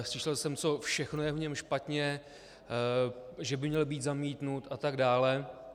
Slyšel jsem, co všechno je v něm špatně, že by měl být zamítnut a tak dále.